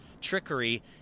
trickery